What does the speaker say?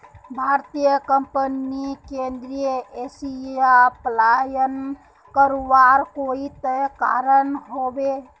भारतीय कंपनीक केंद्रीय एशिया पलायन करवार कोई त कारण ह बे